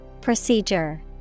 Procedure